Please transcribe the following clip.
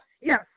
Yes